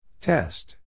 Test